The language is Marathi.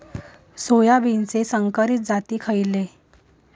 सोयाबीनचे संकरित जाती खयले?